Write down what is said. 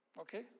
Okay